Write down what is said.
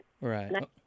Right